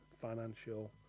financial